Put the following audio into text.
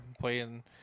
playing